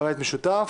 בבית משותף),